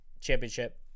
championship